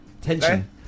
Tension